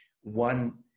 one